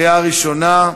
לקריאה ראשונה.